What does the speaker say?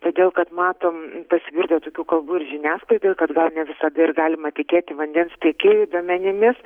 todėl kad matom pasigirdo tokių kalbų ir žiniasklaidoje kad gal ne visada ir galima tikėti vandens tiekėjų duomenimis